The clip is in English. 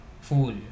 fool